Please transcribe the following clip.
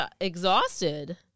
exhausted